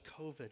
COVID